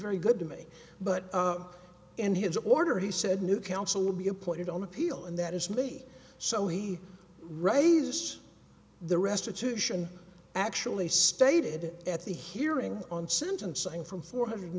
very good to me but in his order he said new counsel will be appointed on appeal and that is may so he raises the restitution actually stated at the hearing on sentencing from four hundred